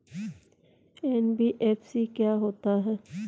NBFC क्या होता है?